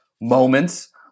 moments